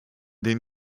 den